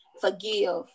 forgive